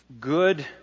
good